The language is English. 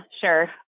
sure